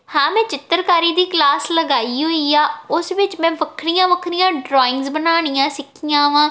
ਹਾਂ ਮੈਂ ਚਿੱਤਰਕਾਰੀ ਦੀ ਕਲਾਸ ਲਗਾਈ ਹੋਈ ਆ ਉਸ ਵਿੱਚ ਮੈਂ ਵੱਖਰੀਆਂ ਵੱਖਰੀਆਂ ਡਰਾਇੰਗਸ ਬਣਾਉਣੀਆਂ ਸਿੱਖੀਆਂ ਵਾ